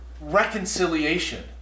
reconciliation